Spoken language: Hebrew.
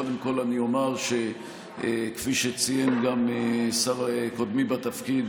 קודם כול אני אומר שכפי שציין גם קודמי בתפקיד,